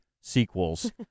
sequels